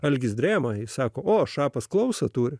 algis drėma sako o šapas klausą turi